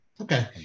Okay